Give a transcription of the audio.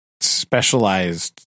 specialized